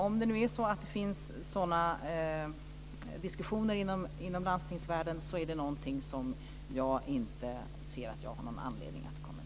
Om det nu är så att det förs sådana här diskussioner inom landstingsvärlden är det någonting som jag inte ser att jag har anledning att kommentera.